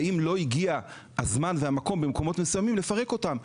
והאם לא הגיע הזמן והמקום במקומות מסוימים לפרק אותן.